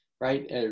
right